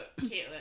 Caitlin